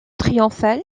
triomphale